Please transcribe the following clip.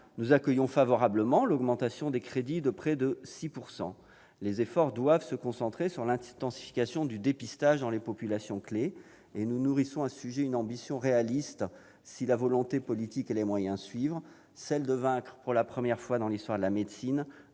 Nous accueillons favorablement l'augmentation de près de 6 % des crédits consacrés à cette cause. Les efforts doivent se concentrer sur l'intensification du dépistage dans les populations clés. Nous nourrissons à ce sujet une ambition réaliste si la volonté politique et les moyens suivent, celle de vaincre, pour la première fois dans l'histoire de la médecine,